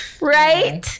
right